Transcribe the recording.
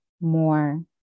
more